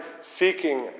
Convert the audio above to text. seeking